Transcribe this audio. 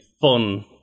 fun